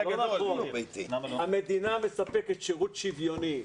המדינה מספקת שירות שוויוני.